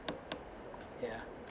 yeah